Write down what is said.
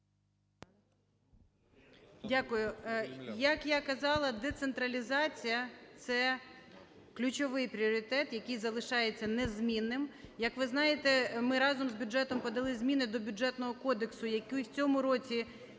Дякую. Як я казала, децентралізація – це ключовий пріоритет, який залишається незмінним. Як ви знаєте, ми разом з бюджетом подали зміни до Бюджетного кодексу, які в цьому році